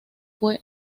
fue